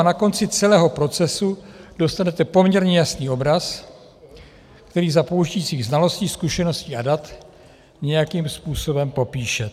Na konci celého procesu dostanete poměrně jasný obraz, který za použití svých znalostí, zkušeností a dat nějakým způsobem popíšete.